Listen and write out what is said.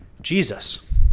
Jesus